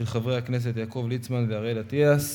של חברי הכנסת יעקב ליצמן ואריאל אטיאס.